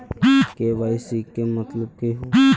KYC के मतलब केहू?